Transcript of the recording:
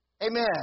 Amen